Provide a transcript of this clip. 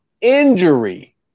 injury